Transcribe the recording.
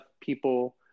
people